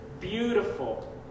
beautiful